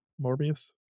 morbius